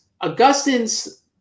Augustine's